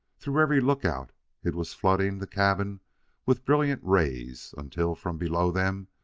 through every lookout it was flooding the cabin with brilliant rays, until, from below them,